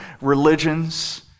religions